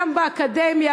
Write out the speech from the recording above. גם באקדמיה,